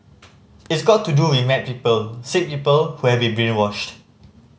it's got to do with mad people sick people who have been brainwashed